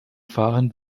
fahren